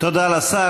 תודה לשר.